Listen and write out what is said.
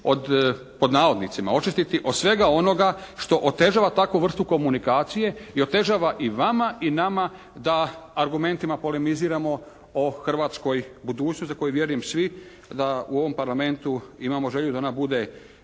pod navodnicima očistiti od svega onoga što otežava takvu vrstu komunikacije i otežava i vama i nama da argumentima polemiziramo o hrvatskoj budućnosti za koju vjerujem svi da u ovom Parlamentu želju da ona bude